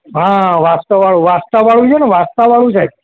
હા વાસ્તુવાળું વાસ્તુવાળું છે ને વાસ્તુવાળું સાહેબ